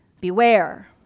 beware